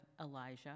Elijah